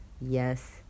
Yes